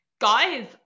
guys